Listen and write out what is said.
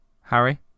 Harry